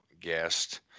guest